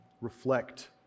reflect